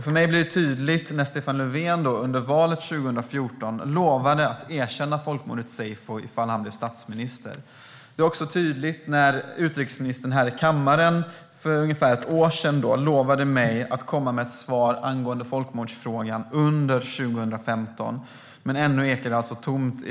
För mig blir detta tydligt när det, trots att Stefan Löfven inför valet 2014 lovade att erkänna folkmordet seyfo ifall han blev statsminister och trots att utrikesministern för ungefär ett år sedan här i kammaren lovade mig att under 2015 komma med ett svar angående folkmordsfrågan, ännu ekar tomt.